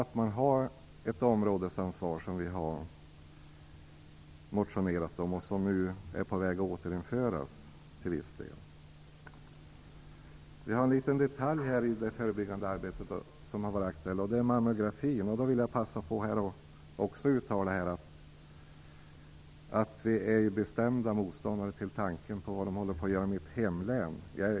Det krävs även ett områdesansvar, vilket vi har motionerat om och vilket är på väg att återinföras till viss del. En liten detalj i det förebyggande arbetet har varit aktuell, nämligen mammografin. Jag vill passa på att uttala att vi är bestämda motståndare till tanken på vad de håller på att göra i mitt hemlän.